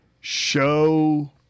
show